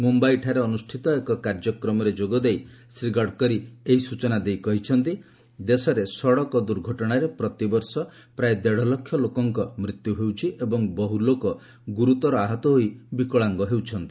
ମୁମ୍ୟାଇଠାରେ ଅନୁଷ୍ଠିତ ଏକ କାର୍ଯ୍ୟକ୍ରମରେ ଯୋଗଦେଇ ଶ୍ରୀ ଗଡ଼କରି ଏହି ସ୍ଚଚନା ଦେଇ କହିଛନ୍ତି ଦେଶରେ ସଡ଼କ ଦୂର୍ଘଟଣାରେ ପ୍ରତିବର୍ଷ ପ୍ରାୟ ଦେଢ଼ଲକ୍ଷ ଲୋକଙ୍କ ମୃତ୍ୟୁ ହେଉଛି ଏବଂ ବହୁ ଲୋକ ଗୁରୁତର ଆହତ ହୋଇ ବିକଳାଙ୍ଗ ହେଉଛନ୍ତି